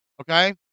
Okay